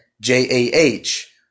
J-A-H